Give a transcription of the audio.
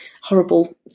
horrible